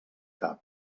cap